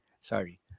Sorry